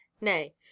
nay